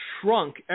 shrunk